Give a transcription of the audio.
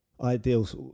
ideals